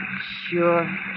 Sure